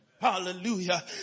Hallelujah